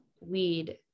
weed